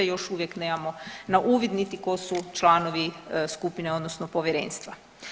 Još uvijek nemamo na uvid niti tko su članovi skupine, odnosno povjerenstva.